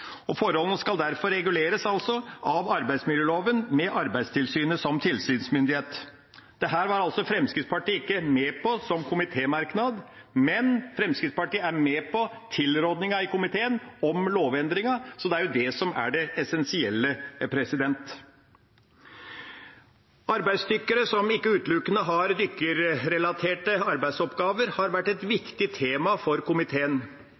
Forholdene skal derfor altså reguleres av arbeidsmiljøloven med Arbeidstilsynet som tilsynsmyndighet. Dette var altså Fremskrittspartiet ikke med på i komitémerknad, men Fremskrittspartiet er med på tilrådingen fra komiteen om lovendringen, og det er det som er det essensielle. Arbeidsdykkere som ikke utelukkende har dykkerrelaterte arbeidsoppgaver, har vært et viktig tema for komiteen.